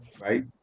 right